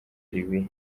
libiya